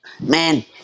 Man